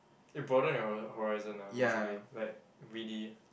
it broaden your horizon lah basically like really